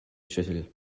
schüssel